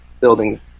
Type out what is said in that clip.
building